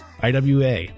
iwa